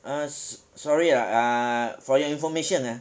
err sorry ah ah for your information ah